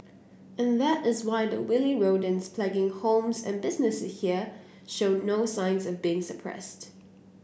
and that is why the wily rodents plaguing homes and businesses here show no signs of being suppressed